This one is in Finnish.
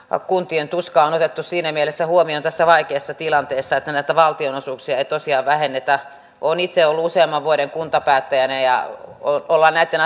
o kuntien tuska on otettu siinä mielessä huovinen tässä vaikeassa se on etelä suomessa ainut rataosuus mitä nyt ei ole sähköistetty